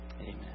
Amen